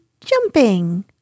jumping